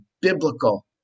Biblical